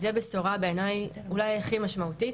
זה בשורה בעיניי אולי הכי משמעותית,